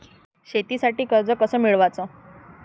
शेतीसाठी कर्ज कस मिळवाच?